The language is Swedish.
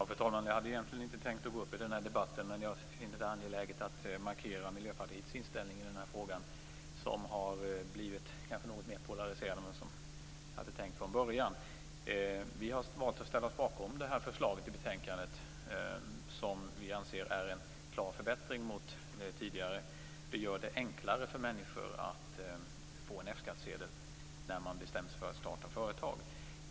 Fru talman! Egentligen hade jag inte tänkt begära ordet i den här debatten, men jag finner det angeläget att markera Miljöpartiets inställning i den här frågan, som kanske blivit något mera polariserad än vi från början hade tänkt oss. Vi har valt att ställa oss bakom utskottets förslag i betänkandet. Vi anser att det är en klar förbättring jämfört med hur det tidigare varit. Det blir enklare att få en F-skattsedel när man väl bestämt sig för att starta ett företag.